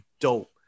dope